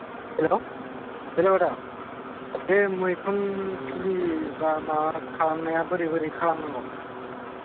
हेल' हेल' आदा बे मैखुन फुलि बा माबा खालामनाया बोरै बोरै खालामनांगौ